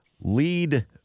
lead